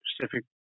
specific